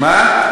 מה?